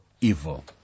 evil